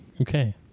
Okay